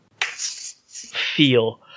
feel